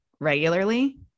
regularly